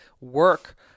work